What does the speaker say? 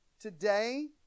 today